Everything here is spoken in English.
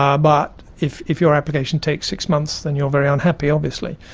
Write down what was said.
um but if if your application takes six months then you're very unhappy, obviously.